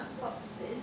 boxes